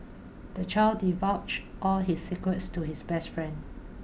the child divulged all his secrets to his best friend